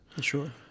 Sure